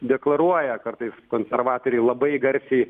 deklaruoja kartais konservatoriai labai garsiai